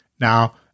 now